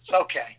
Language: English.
Okay